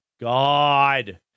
god